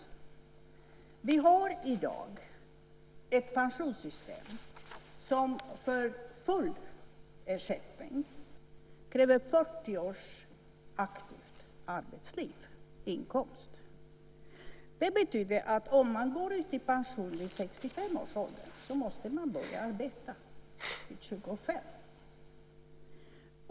Vi har i dag ett pensionssystem som för full ersättning kräver 40 års aktivt arbetsliv och inkomst. Det betyder att om man vill gå i pension vid 65 års ålder måste man börja arbeta vid 25.